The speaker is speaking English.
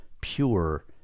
pure